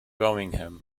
birmingham